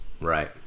Right